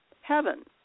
Heaven